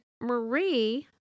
Marie